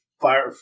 fire